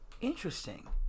Interesting